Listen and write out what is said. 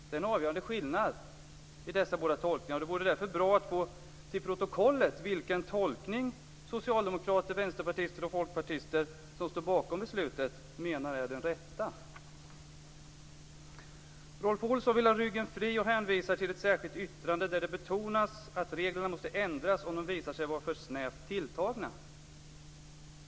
Det är en avgörande skillnad i dessa båda tolkningar, och det vore därför bra att få till protokollet vilken tolkning socialdemokrater, vänsterpartister och folkpartister som står bakom beslutet menar är den rätta. Rolf Olsson vill ha ryggen fri och hänvisar till ett särskilt yttrande där det betonas att reglerna måste ändras om de visar sig vara för snävt tilltagna.